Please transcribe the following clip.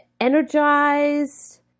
energized